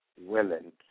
women